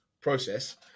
process